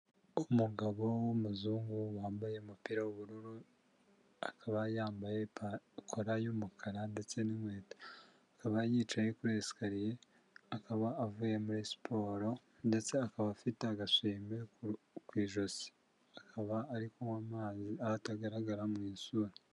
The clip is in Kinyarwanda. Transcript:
Umugabo w'umuzungu wambaye umupira w'ubururu akaba yambaye kora y'umukara ndetse n'inkweto ,akaba yicaye kuri escalier ,akaba avuye muri siporo ndetse akaba afite agasume kw'ijosi ,akaba ari kunywa amazi aho atagaragara mu isura.